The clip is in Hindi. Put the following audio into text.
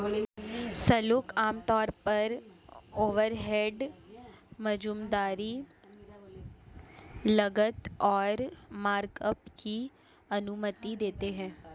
शुल्क आमतौर पर ओवरहेड, मजदूरी, लागत और मार्कअप की अनुमति देते हैं